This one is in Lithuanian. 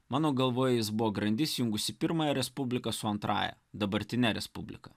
mano galvoj jis buvo grandis jungusi pirmąją respubliką su antrąja dabartine respublika